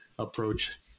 approach